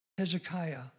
Hezekiah